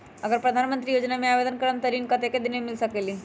अगर प्रधानमंत्री योजना में आवेदन करम त ऋण कतेक दिन मे मिल सकेली?